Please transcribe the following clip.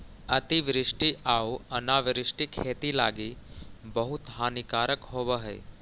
अतिवृष्टि आउ अनावृष्टि खेती लागी बहुत हानिकारक होब हई